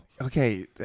Okay